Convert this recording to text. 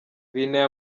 binteye